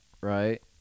right